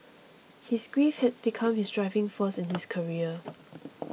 his grief had become his driving force in his career